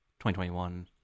2021